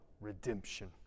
redemption